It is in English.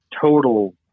total